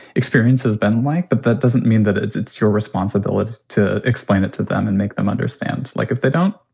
experience has been like. but that doesn't mean that it's it's your responsibility to explain it to them and make them understand. like, if they don't,